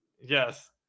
Yes